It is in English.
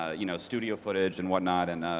ah you know studio footage and whatnot and